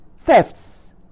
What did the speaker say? thefts